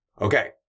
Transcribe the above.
okay